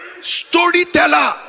Storyteller